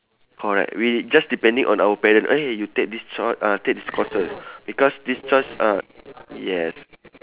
correct we just depending on our parent eh you take this cho~ uh take this courses because this choice ah yes